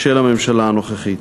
של הממשלה הנוכחית.